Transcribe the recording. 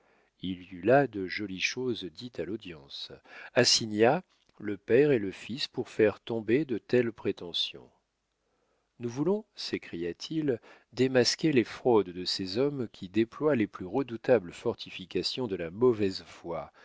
il y eut là de jolies choses dites à l'audience assigna le père et le fils pour faire tomber de telles prétentions nous voulons s'écria-t-il démasquer les fraudes de ces hommes qui déploient les plus redoutables fortifications de la mauvaise foi